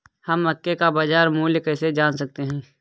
हम मक्के का बाजार मूल्य कैसे जान सकते हैं?